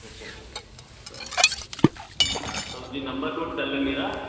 अच्छा अच्छा अच्छा तो आप तो जी नंबर नोट कर लें मेरा